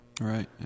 Right